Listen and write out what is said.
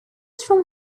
from